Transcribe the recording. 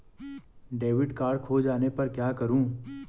Debit card खो जाने पर क्या करूँ?